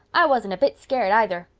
i wasn't a bit scared either.